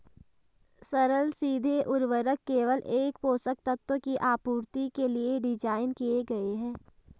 सरल सीधे उर्वरक केवल एक पोषक तत्व की आपूर्ति के लिए डिज़ाइन किए गए है